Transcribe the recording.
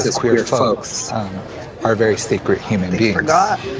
that's where your folks are very sacred. humanity for god.